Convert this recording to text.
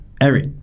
Eric